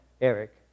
Eric